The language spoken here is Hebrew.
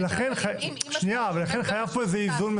ולכן חייב פה איזה איזון.